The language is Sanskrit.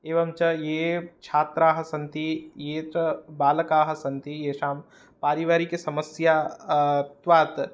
एवं च ये छात्राः सन्ति ये च बालकाः सन्ति येषां पारिवारिकसमस्या त्वात्